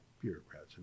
bureaucrats